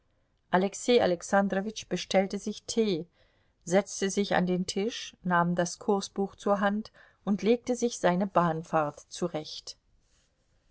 alexei alexandrowitsch bestellte sich tee setzte sich an den tisch nahm das kursbuch zur hand und legte sich seine bahnfahrt zurecht